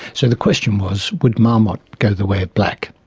so the question was would marmot go the way of black?